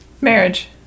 Marriage